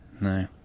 No